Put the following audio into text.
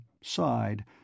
sighed